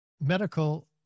medical